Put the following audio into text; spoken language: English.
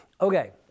Okay